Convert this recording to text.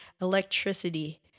Electricity